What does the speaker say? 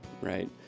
right